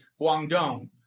Guangdong